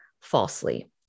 falsely